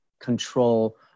control